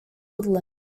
woodlands